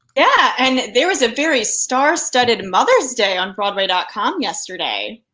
yeah and there was a very star-studded mother's day on broadway dot com yesterday.